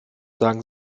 sagen